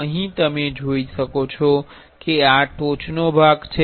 અહીં તમે જોઈ શકો છો કે આ ટોચનો ભાગ છે